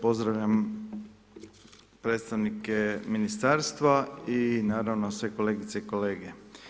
Pozdravljam predstavnike Ministarstva i naravno sve kolegice i kolege.